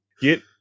Get